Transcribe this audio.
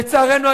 לצערנו,